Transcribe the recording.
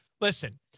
Listen